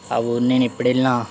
ఆ ఊరు నేను ఎప్పుడు వెళ్ళినా